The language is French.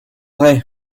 vrai